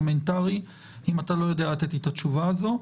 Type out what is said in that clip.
הפרלמנטרי שלי אם אתה לא יודע לתת לי את התשובה הזאת.